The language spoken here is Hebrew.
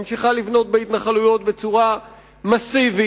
ממשיכה לבנות בהתנחלויות בצורה מסיבית,